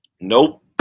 Nope